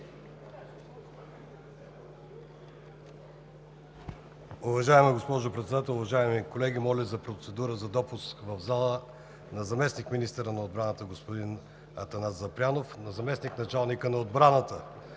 Уважаема госпожо Председател, уважаеми колеги! Моля за процедура за допуск в залата на заместник-министъра на отбраната – господин Атанас Запрянов, на заместник-началника на отбраната